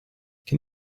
can